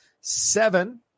seven